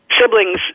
Siblings